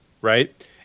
Right